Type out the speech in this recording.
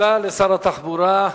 תודה לשר התחבורה.